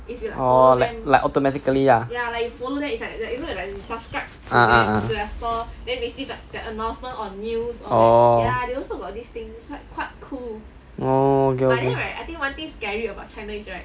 orh like like automatically ah ah ah ah orh orh okay okay